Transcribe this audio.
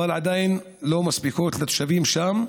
אבל עדיין לא מספיקות לתושבים שם.